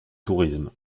tourisme